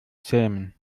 zähmen